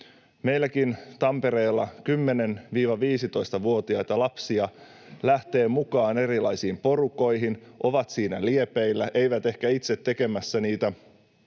Meilläkin Tampereella 10—15-vuotiaita lapsia lähtee mukaan erilaisiin porukoihin, ovat siinä liepeillä, eivät ehkä itse tekemässä niitä